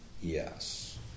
yes